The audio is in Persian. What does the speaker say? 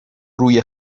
روی